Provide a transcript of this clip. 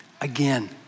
again